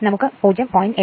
നമുക്ക് 0